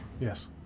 Yes